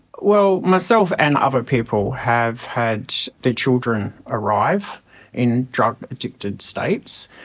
well, myself and other people have had their children arrive in drug addicted states,